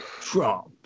Trump